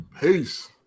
Peace